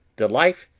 the life,